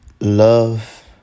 love